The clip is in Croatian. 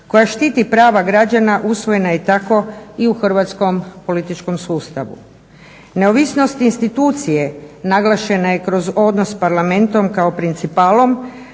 koja štiti prava građana usvojena je tako i u hrvatskom političkom sustavu. Neovisnost institucije naglašena je kroz odnos parlamentom kao principalom,